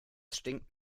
stinkt